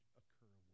occur